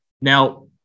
Now